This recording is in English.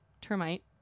termite